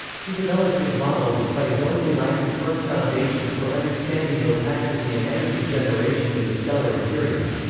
he developed his model despite knowingly lacking firm foundations for understanding opacity and energy generation in the stellar interior.